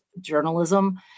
journalism